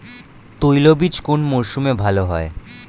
তৈলবীজ কোন মরশুমে ভাল হয়?